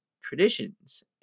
traditions